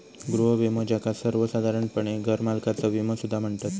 गृह विमो, ज्याका सर्वोसाधारणपणे घरमालकाचा विमो सुद्धा म्हणतत